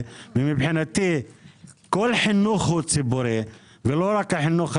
ומבחינתי כל חינוך הוא ציבורי ולא רק החינוך הרשמי.